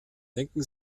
denken